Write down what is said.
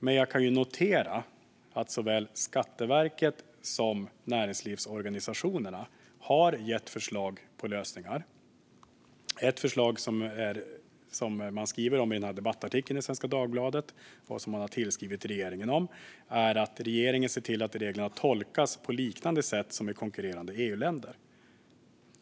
Men jag kan notera att såväl Skatteverket som näringslivsorganisationerna har gett förslag på lösningar. Ett förslag som man skriver om i debattartikeln i Svenska Dagbladet och som man har skrivit till regeringen om är att regeringen ska se till att reglerna tolkas på liknande sätt som i konkurrerande EU-länder.